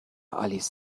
آلیس